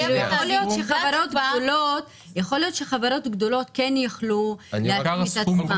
יכול להיות שחברות גדולות יכלו להתאים את עצמן,